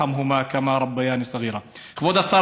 רחם עליהם כדרך שגידלוני מקַטנות".) כבוד השר,